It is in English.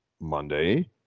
Monday